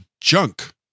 junk